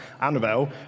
Annabelle